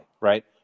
right